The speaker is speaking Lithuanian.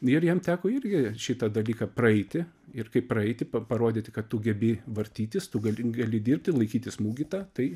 ir jam teko irgi šitą dalyką praeiti ir kaip praeiti parodyti kad tu gebi vartytis tu gali gali dirbti laikyti smūgį tą tai